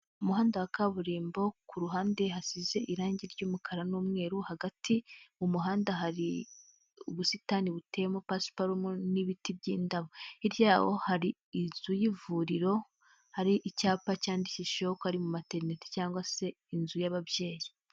Umuhanda wa kaburimbo ku ruhande hasize irangi ry'umukara n'umweru, hagati mu muhanda hari ubusitani buteyemo pasiparum n'ibiti by'indabo, hirya yaho hari inzu y'ivuriro hari icyapa cyandikishijeho ko ari mu materineti cyangwa se inzu y'ababyeyi.